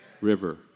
River